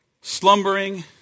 slumbering